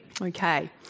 Okay